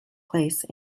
place